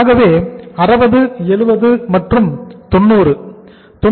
ஆகவே 60 70 மற்றும் 90